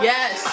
Yes